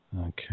Okay